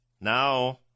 now